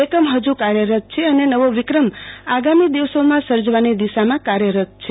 એકમ ફજુ કાર્યરત છે અને નવો વિક્રમ આગામી દિવસોમાં સર્જાવાની દિશામાં કાર્યરત છે